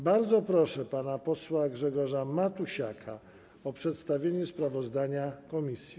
Bardzo proszę pana posła Grzegorza Matusiaka o przedstawienie sprawozdania komisji.